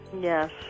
Yes